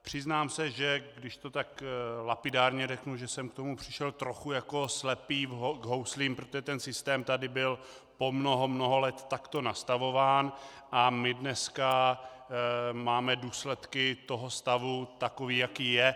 Přiznám se, že když to tak lapidárně řeknu, že jsem k tomu přišel trochu jako slepý k houslím, protože ten systém tady byl po mnoho let takto nastavován a my dneska máme důsledky toho stavu, takový, jaký je.